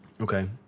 Okay